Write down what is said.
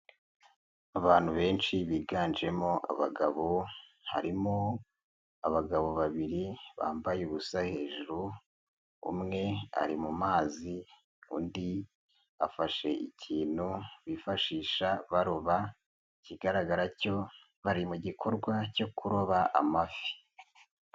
Abantu benshi biganjemo abagabo, harimo abagabo babiri bambaye ubusa hejuru umwe ari mu mazi undi afashe ikintu bifashisha baroba, ikigaragara cyo bari mu gikorwa cyo kuroba amafi.